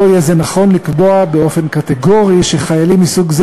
לא יהיה נכון לקבוע באופן קטגורי שחיילים מסוג זה